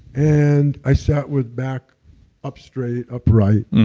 and i sat with back up straight upright,